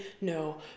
no